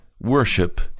worship